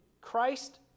Christ